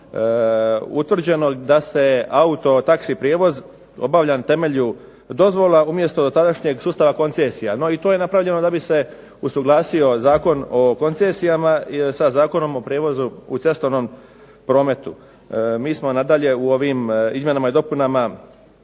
prošle godine utvrđeno da se autotaksi prijevoz obavlja na temelju dozvola, umjesto dotadašnjeg sustava koncesija. No i to je napravljeno da bi se usuglasio Zakon o koncesijama sa Zakonom o prijevozu u cestovnom prometu. Mi smo nadalje u ovim izmjenama i dopunama